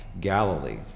Galilee